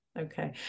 Okay